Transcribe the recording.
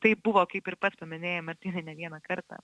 taip buvo kaip ir pats paminėjai martynai ne vieną kartą